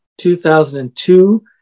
2002